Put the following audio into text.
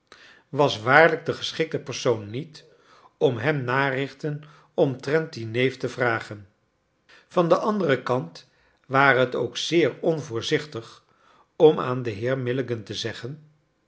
was waarlijk de geschikte persoon niet om hem narichten omtrent dien neef te vragen van den anderen kant ware het ook zeer onvoorzichtig om aan den heer milligan te zeggen